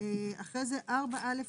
אחרי זה4א הוסף,